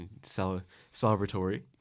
celebratory